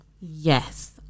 yes